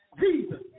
Jesus